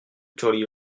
jolly